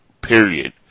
period